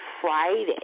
Friday